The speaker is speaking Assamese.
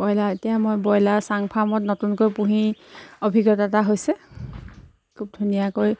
ব্ৰইলাৰ এতিয়া মই ব্ৰইলাৰ চাং ফাৰ্মত নতুনকৈ পুহি অভিজ্ঞতা এটা হৈছে খুব ধুনীয়াকৈ